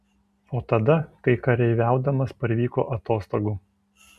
o tada kai kareiviaudamas parvyko atostogų